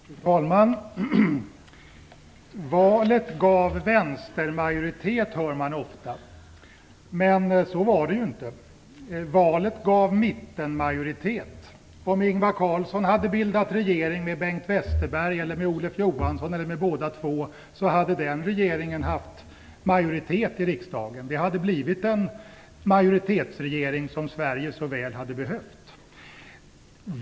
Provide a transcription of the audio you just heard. Fru talman! Valet gav vänstermajoritet, hör man ofta. Men så var det ju inte. Valet gav mittenmajoritet. Om Ingvar Carlsson hade bildat regering med Bengt Westerberg, med Olof Johansson eller med båda två hade den regeringen haft majoritet i riksdagen. Det hade blivit en majoritetsregering som Sverige så väl hade behövt.